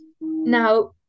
Now